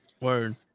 Word